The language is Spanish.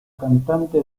cantante